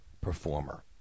performer